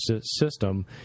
system